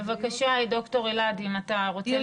בבקשה, ד"ר אלעד, אם אתה רוצה להתייחס.